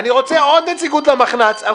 אני רוצה עוד נציגות למחנה הציוני,